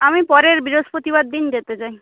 আমি পরের বৃহস্পতিবার দিন যেতে চাই